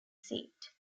seat